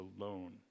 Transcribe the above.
alone